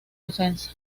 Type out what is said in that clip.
defensa